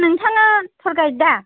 नोंथाङा tour guide दा